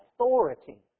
authority